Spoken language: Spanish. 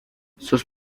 sus